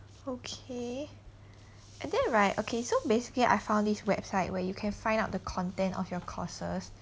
okay and then right okay so basically I found this website where you can find out the content of your courses